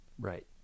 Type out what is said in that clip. Right